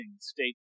state